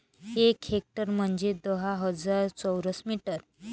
एक हेक्टर म्हंजे दहा हजार चौरस मीटर